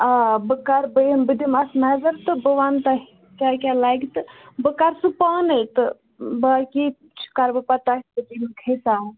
آ بہٕ کَربہٕ یِمہٕ بہٕ دِمہٕ اَتھ نطر تہٕ بہٕ ونہٕ تۄہہِ کیاہ کیاہ لَگہِ تہٕ بہٕ کَرٕ سُہ پانے تہٕ باقٕے چھُ کَرٕ بہٕ تۄہہِ سۭتۍ اَمیُک حساب